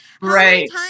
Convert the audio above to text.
Right